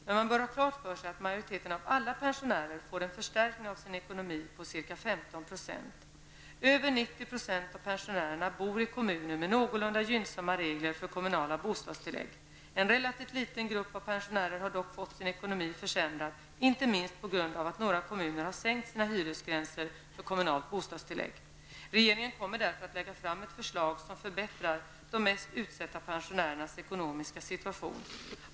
Men man bör ha klart för sig att majoriteten av alla pensionärer får en förstärkning av sin ekonomi på ca 15 %. Över 90 % av pensionärerna bor i kommuner med någorlunda gynnsamma regler för kommunala bostadstillägg, KBT. En relativt liten grupp av pensionärer har dock fått sin ekonomi försämrad, inte minst på grund av att några kommuner har sänkt sina hyresgränser för Regeringen kommer därför att lägga fram ett förslag som förbättrar de mest utsatta pensionärernas ekonomiska situation.